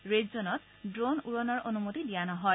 red জনত drone উৰণৰ অনুমতি দিয়া নহয়